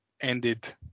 ended